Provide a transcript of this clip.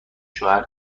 شوهر